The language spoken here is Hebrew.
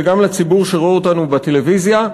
וגם לציבור שרואה אותנו בטלוויזיה,